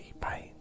pain